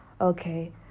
okay